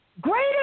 Greater